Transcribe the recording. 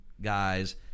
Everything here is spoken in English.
guys